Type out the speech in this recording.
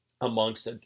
amongst